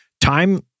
Time